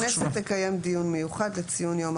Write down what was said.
הכנסת תקיים דיון מיוחד לציון יום הרב